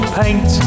paint